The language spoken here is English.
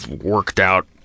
worked-out